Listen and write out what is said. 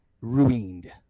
ruined